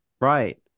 Right